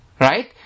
Right